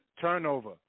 Turnover